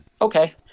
okay